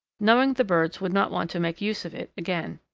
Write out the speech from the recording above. knowing the birds would not want to make use of it again.